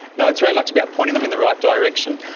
no, it's very much about pointing them in the right direction.